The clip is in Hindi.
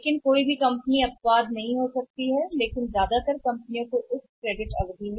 लेकिन कोई भी कंपनी वे अपवाद नहीं हो सकती है लेकिन बड़े पैमाने पर कंपनियों को इसमें जोड़ा जाता है ऋण अवधि